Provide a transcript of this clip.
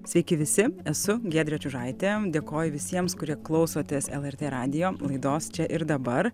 sveiki visi esu giedrė čiužaitė dėkoju visiems kurie klausotės lrt radijo laidos čia ir dabar